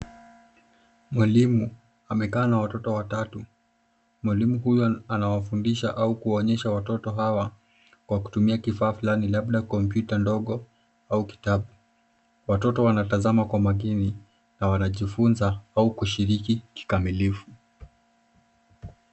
Mwalimu amekaa na watoto watatu. Mwalimu huyu anawafundisha au kuonyesha watoto hawa kwa kutumia kifaa fulani labda kompyuta ndogo au kitabu. Watoto wanatazama kwa makini na wanajifunza au kushiriki kikamilifu.